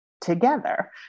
together